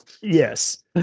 Yes